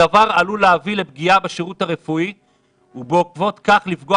הדבר עלול להביא לפגיעה בשירות הרפואי ובעקבות כך לפגוע